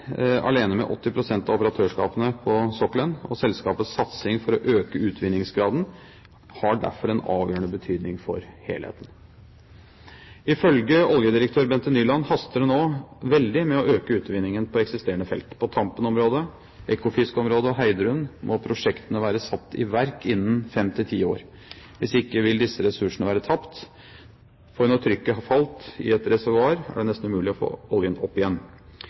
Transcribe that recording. alene med 80 pst. av operatørskapene på sokkelen, og selskapets satsing for å øke utvinningsgraden har derfor en avgjørende betydning for helheten. Ifølge oljedirektør Bente Nyland haster det nå veldig med å øke utvinningen på eksisterende felt. På Tampen-området, Ekofisk-området og Heidrun må prosjektene være satt i verk innen fem til ti år. Hvis ikke vil disse ressursene være tapt, for når trykket har falt i et reservoar, er det nesten umulig å få oljen opp igjen.